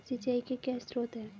सिंचाई के क्या स्रोत हैं?